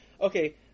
okay